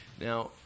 Now